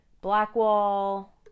Blackwall